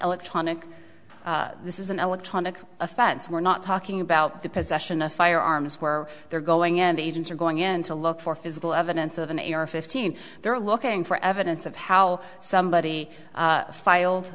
electronic this is an electronic offense we're not talking about the possession of firearms where they're going in and agents are going in to look for physical evidence of an a r fifteen they're looking for evidence of how somebody filed